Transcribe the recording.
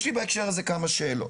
יש לי בהקשר הזה כמה שאלות.